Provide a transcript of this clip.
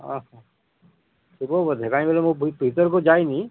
ଥିବ ବୋଧେ କାହିଁକି ବୋଲେ ମୁଁ ଭିତରକୁ ଯାଇନି